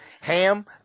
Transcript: Ham